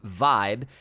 vibe